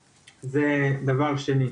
ישראל, אז זה הדבר השני.